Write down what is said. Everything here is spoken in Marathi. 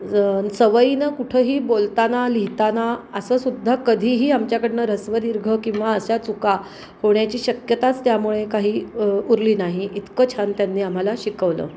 सवयीनं कुठंही बोलताना लिहिताना असं सुद्धा कधीही आमच्याकडनं ऱ्हस्व दीर्घ किंवा अशा चुका होण्याची शक्यताच त्यामुळे काही उरली नाही इतकं छान त्यांनी आम्हाला शिकवलं